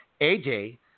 AJ